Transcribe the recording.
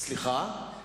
אין מספיק שרים.